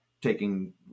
taking